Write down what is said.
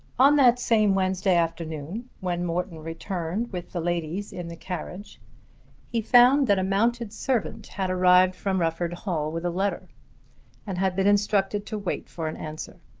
on that same wednesday afternoon when morton returned with the ladies in the carriage he found that a mounted servant had arrived from rufford hall with a letter and had been instructed to wait for an answer.